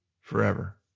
forever